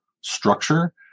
structure